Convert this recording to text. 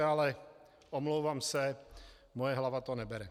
Ale omlouvám se, moje hlava to nebere.